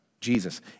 Jesus